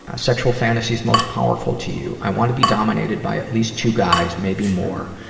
ah sexual fantasies most powerful to you i want to be dominated by at least two guys, maybe more.